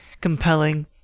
compelling